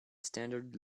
standard